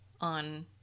on